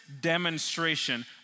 demonstration